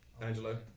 Angelo